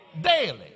Daily